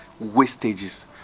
wastages